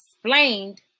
Explained